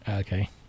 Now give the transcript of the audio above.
Okay